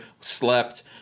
slept